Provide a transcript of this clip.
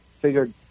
figured